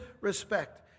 respect